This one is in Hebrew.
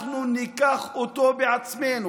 אנחנו ניקח אותו בעצמנו.